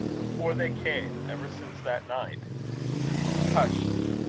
before they came, ever since that night hush-sh!